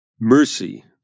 Mercy